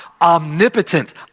omnipotent